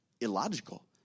illogical